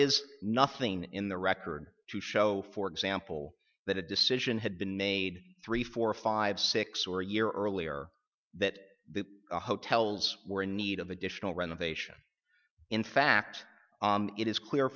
is nothing in the record to show for example that a decision had been made three four five six or a year earlier that the hotels were in need of additional renovation in fact it is clear